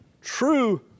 true